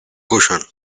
cushion